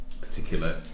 particular